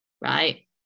right